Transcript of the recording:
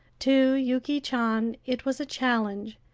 to yuki chan it was a challenge,